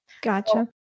Gotcha